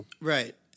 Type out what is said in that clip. Right